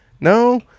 No